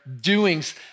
doings